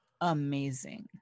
amazing